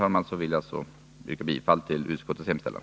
Med dessa ord vill jag, herr talman, yrka bifall till utskottets hemställan.